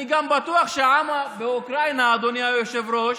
אני גם בטוח שהעם באוקראינה, אדוני היושב-ראש,